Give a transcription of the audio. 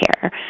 care